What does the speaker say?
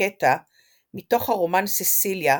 מקטע מתוך הרומן "ססיליה"